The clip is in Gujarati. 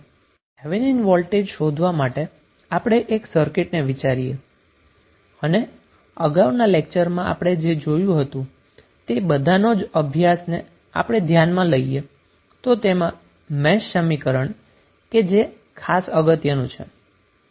થેવેનિન વોલ્ટેજ શોધવા માટે આપણે એક સર્કિટને વિચારીએ અને અગાઉના લેક્ચરમાં આપણે જે કંઈ જોયું તે બધા જ અભ્યાસને જો આપણે ધ્યાનમાં લઈએ તો તેમાં મેશ સમીકરણ કે જે ખાસ અગત્યનું છે